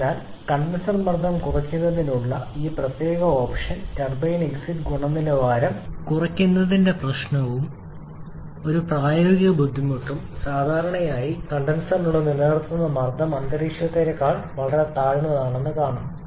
അതിനാൽ കണ്ടൻസർ മർദ്ദം കുറയ്ക്കുന്നതിനുള്ള ഈ പ്രത്യേക ഓപ്ഷൻ ടർബൈൻ എക്സിറ്റ് ഗുണനിലവാരം കുറയ്ക്കുന്നതിന്റെ പ്രശ്നവും ഒരു പ്രായോഗിക ബുദ്ധിമുട്ടും സാധാരണയായി കണ്ടൻസറിനുള്ളിൽ നിലനിർത്തുന്ന മർദ്ദം അന്തരീക്ഷത്തേക്കാൾ വളരെ താഴെയാണ് മർദ്ദം